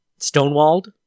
stonewalled